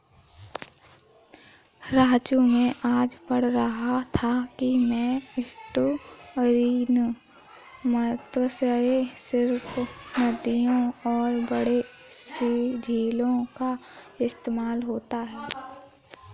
राजू मैं आज पढ़ रहा था कि में एस्टुअरीन मत्स्य सिर्फ नदियों और बड़े झीलों का इस्तेमाल होता है